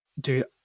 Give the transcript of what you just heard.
dude